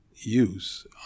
use